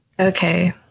Okay